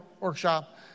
workshop